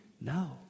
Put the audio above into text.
no